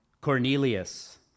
Cornelius